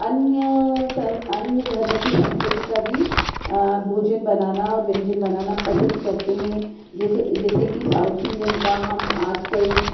अन्य सन अन्य धर्म की संस्कृति का भी भोजन बनाना व्यंजन बनाना पसंद करते है जैकी जैसे की साउथ इंडियन का हम आज कल